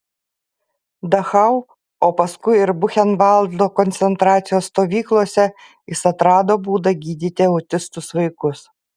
dachau o paskui ir buchenvaldo koncentracijos stovyklose jis atrado būdą gydyti autistus vaikus